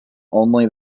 only